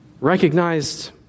recognized